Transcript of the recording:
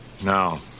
Now